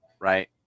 right